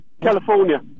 California